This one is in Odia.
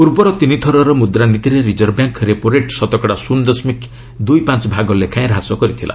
ପୂର୍ବର ତିନିଥରର ମୁଦ୍ରାନୀତିରେ ରିଜର୍ଭ ବ୍ୟାଙ୍କ ରେପୋରେଟ୍ ଶତକଡ଼ା ଶୂନ୍ ଦଶମିକ ଦୁଇ ପାଞ୍ଚ ଭାଗ ଲେଖାଏଁ ହ୍ରାସ କରିଥିଲା